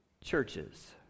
churches